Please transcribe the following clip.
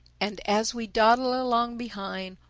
and as we dawdled along behind,